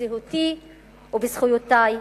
בזהותי ובזכויותי.